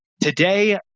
today